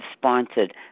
sponsored